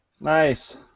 nice